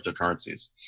cryptocurrencies